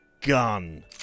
gun